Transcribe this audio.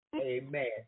Amen